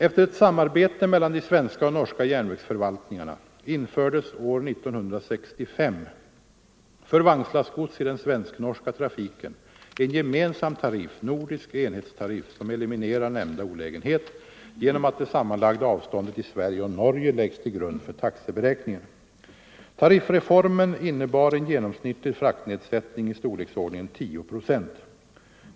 Efter ett samarbete mellan de svenska och norska järnvägsförvaltningarna infördes år 1965 för vagnslastgods i den svensk-norska trafiken en gemensam tariff, Nordisk enhetstariff, som eliminerar nämnda olägenhet genom att det sammanlagda avståndet i Sverige och Norge läggs till grund för taxeberäkningen. Tariffreformen innebar en genomsnittlig fraktnedsättning i storleksordningen 10 procent.